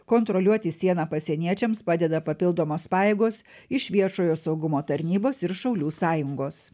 kontroliuoti sieną pasieniečiams padeda papildomos pajėgos iš viešojo saugumo tarnybos ir šaulių sąjungos